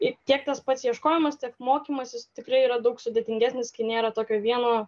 ir tiek tas pats ieškojimas tiek mokymasis tikrai yra daug sudėtingesnis kai nėra tokio vieno